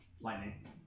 Lightning